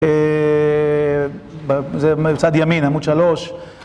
זה מצד ימין, עמוד שלוש